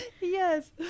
Yes